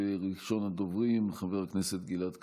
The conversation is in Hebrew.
וראשון הדוברים הוא חבר הכנסת גלעד קריב,